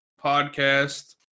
podcast